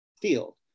field